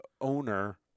owner